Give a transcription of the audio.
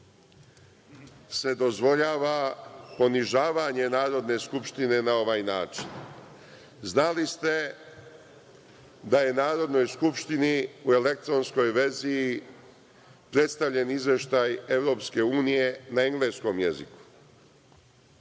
se dozvoljava ponižavanje Narodne skupštine na ovaj način? Znali ste da je Narodnoj skupštini u elektronskoj verziji predstavljen izveštaj EU na engleskom jeziku